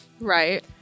Right